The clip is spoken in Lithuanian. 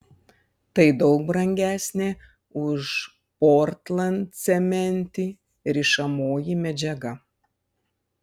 tai daug brangesnė už portlandcementį rišamoji medžiaga